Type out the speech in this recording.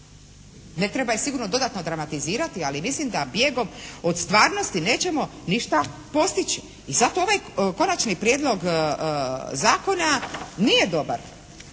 Ne treba je sigurno dodatno dramatizirati, ali mislim da bijegom od stvarnosti nećemo ništa postići. I zato ovaj Konačni prijedlog zakona nije dobar.